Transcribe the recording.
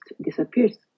disappears